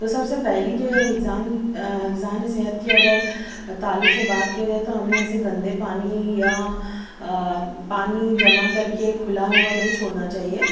تو سب سے پہلی جو حفظان حفظان صحت کی اگر تعلق سے بات کی جائے تو ہمیں ایسے گندے پانی یا پانی جمع کر کے کھلا ہوا نہیں چھوڑنا چاہیے